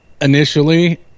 initially